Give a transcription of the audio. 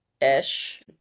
ish